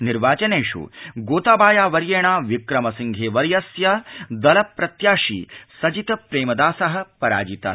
निर्वाचनेष् गोताबाया वर्येण विक्रम सिंहे वर्यस्य दल प्रत्याशी सजित प्रेमदासः पराजितः